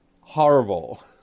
horrible